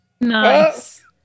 Nice